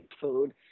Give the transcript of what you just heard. food